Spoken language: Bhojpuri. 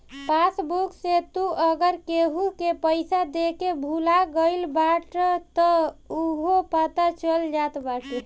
पासबुक से तू अगर केहू के पईसा देके भूला गईल बाटअ तअ उहो पता चल जात बाटे